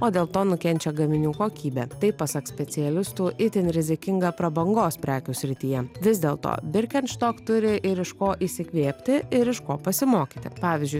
o dėl to nukenčia gaminių kokybė tai pasak specialistų itin rizikinga prabangos prekių srityje vis dėlto birkenstock turi ir iš ko įsikvėpti ir iš ko pasimokyti pavyzdžiui